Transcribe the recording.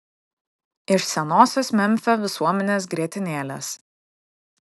iš senosios memfio visuomenės grietinėlės